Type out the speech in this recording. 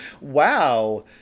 Wow